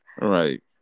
Right